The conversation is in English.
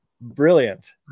Brilliant